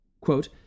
Quote